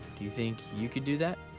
you think you could do that?